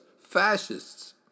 fascists